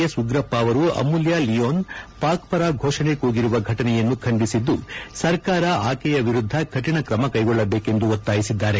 S Ugrappa ಅವರು ಅಮೂಲ್ಯ ಲಿಯೋನ್ ಪಾಕ್ ಪರ ಫೊಷಣೆ ಕೂಗಿರುವ ಫಟನೆಯನ್ನು ಖಂಡಿಸಿದ್ದು ಸರ್ಕಾರ ಆಕೆಯ ವಿರುದ್ಧ ಕಠಿಣ ತ್ರಮ ಕೈಗೊಳ್ಳಬೇಕೆಂದು ಒತ್ತಾಯಿಸಿದ್ದಾರೆ